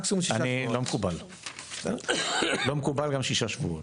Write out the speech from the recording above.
לא מקובל, לא מקובל גם ששה שבועות.